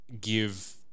give